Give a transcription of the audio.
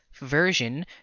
version